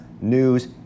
news